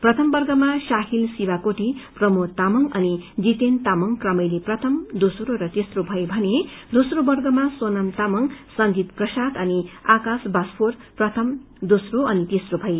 प्रथम वर्गमा शाहिल शिवाकोटी प्रमोद तामाङ अनि जितेन तामाङ क्रमैले प्रथम दोस्रो र तेस्रो भए भने दोस्रो वर्गमा सोनाम तामाङ संजित प्रसाद अनि आकाश बास्फोर प्रथम दोस्रो अनि तेस्रो भए